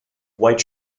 white